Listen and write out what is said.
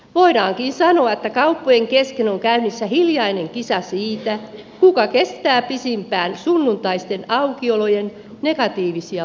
voidaankin sanoa että kauppojen kesken on käynnissä hiljainen kisa siitä kuka kestää pisimpään sunnuntaisten aukiolojen negatiivisia vaikutuksia